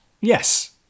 yes